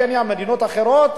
קניה ומדינות אחרות.